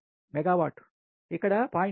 5 megawatt ఇక్కడ 0